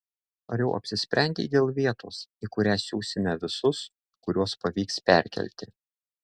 ar jau apsisprendei dėl vietos į kurią siusime visus kuriuos pavyks perkelti